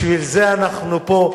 בשביל זה אנחנו פה.